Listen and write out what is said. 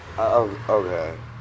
Okay